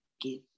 give